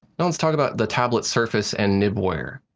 now let's talk about the tablet surface and nib wear.